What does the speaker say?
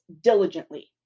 diligently